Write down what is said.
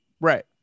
Right